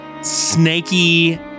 snaky